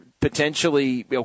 potentially